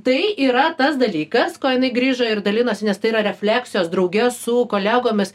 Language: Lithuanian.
tai yra tas dalykas kuo jinai grįžo ir dalinosi nes tai yra refleksijos drauge su kolegomis